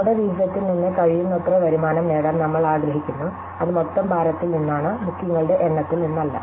നമ്മുടെ വിഹിതത്തിൽ നിന്ന് കഴിയുന്നത്ര വരുമാനം നേടാൻ നമ്മൾ ആഗ്രഹിക്കുന്നുഅത് മൊത്തം ഭാരത്തിൽ നിന്നാണ് ബുക്കിംഗുകളുടെ എണ്ണത്തിൽ നിന്നല്ല